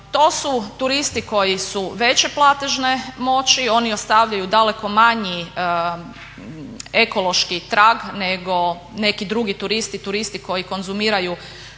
To su turisti koji su veće platežne moći, oni ostavljaju daleko manji ekološki trag nego neki drugi turisti, turisti koji konzumiraju